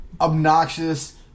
obnoxious